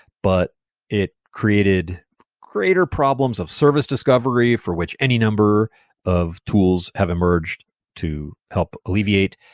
but it created greater problems of service discovery for which any number of tools have emerged to help alleviate,